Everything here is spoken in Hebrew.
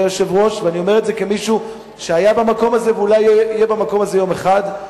אני אומר זאת כמישהו שהיה במקום הזה ואולי יהיה במקום הזה יום אחד,